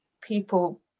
people